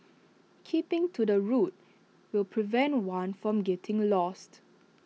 keeping to the route will prevent one from getting lost